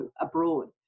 abroad